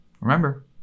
remember